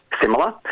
similar